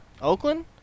Oakland